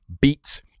beat